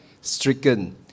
stricken